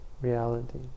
reality